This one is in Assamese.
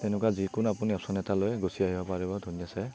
তেনেকুৱা যিকোনো আপুনি অপচন এটা লৈ গুচি আহি যাব পাৰিব ধুনীয়া ছে